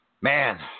Man